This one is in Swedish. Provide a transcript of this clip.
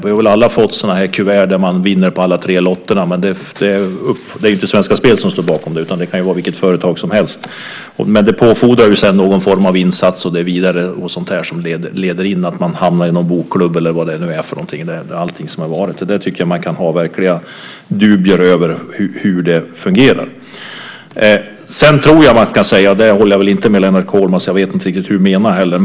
Vi har väl alla fått sådana här kuvert där man vinner på alla tre lotterna. Det är dock inte Svenska Spel som står bakom det, utan det kan vara vilket företag som helst. Men det fordrar någon form av insats och så vidare, vilket leder till att man hamnar i en bokklubb eller vad det är. Där tycker jag att man kan ha verkliga dubier över hur det fungerar. Sedan tror jag att man ska nämna en sak som jag inte håller med Lennart Kollmats om, och jag vet inte riktigt hur han menar heller.